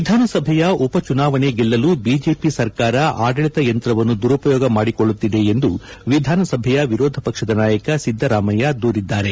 ವಿಧಾನಸಭೆಯ ಉಪಚುನಾವಣೆ ಗೆಲ್ಲಲು ಬಿಜೆಪಿ ಸರ್ಕಾರ ಆಡಳಿತ ಯಂತ್ರವನ್ನು ದುರುಪಯೋಗ ಮಾಡಿಕೊಳ್ಳುತ್ತಿದೆ ಎಂದು ವಿಧಾನಸಭೆಯ ವಿರೋಧ ಪಕ್ಷದ ನಾಯಕ ಸಿದ್ದರಾಮಯ್ಯ ದೂರಿದ್ದಾರೆ